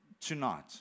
tonight